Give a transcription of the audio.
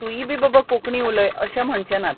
तूंय बी बाबा कोंकणी उलय अशें म्हणचे नात